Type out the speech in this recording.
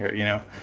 you know,